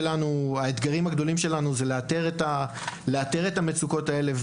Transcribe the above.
האתגרים הגדולים שלנו זה לאתר את המצוקות האלה.